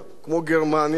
כמו גרמניה,